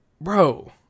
Bro